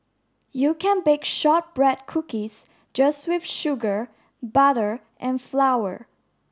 you can bake shortbread cookies just with sugar butter and flour